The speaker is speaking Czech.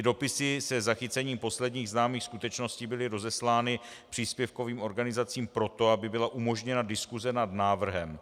Dopisy se zachycením posledních známých skutečností byly rozeslány příspěvkovým organizacím proto, aby byla umožněna diskuse nad návrhem.